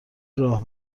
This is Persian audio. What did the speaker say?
راه